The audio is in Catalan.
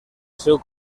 seu